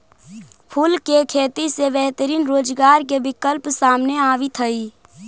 फूल के खेती से बेहतरीन रोजगार के विकल्प सामने आवित हइ